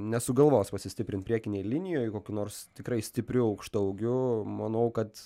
nesugalvos pasistiprint priekinėj linijoj kokiu nors tikrai stipriu aukštaūgiu manau kad